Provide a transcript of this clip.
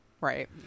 Right